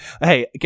Hey